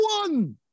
one